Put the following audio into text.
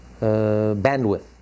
bandwidth